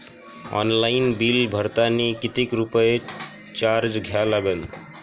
Online bill भरतानी कितीक रुपये चार्ज द्या लागन?